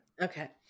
Okay